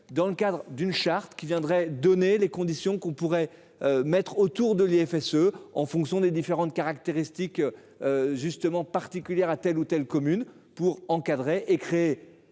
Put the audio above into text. Dans le cadre d'une charte qui viendrait donner les conditions qu'on pourrait. Mettre autour de les fesses en fonction des différentes caractéristiques. Justement particulière à telle ou telle commune pour encadrer et créé